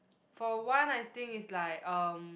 for one I think it's like um